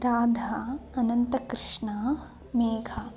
राधा अनन्तकृष्णः मेघा